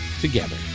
together